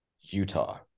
Utah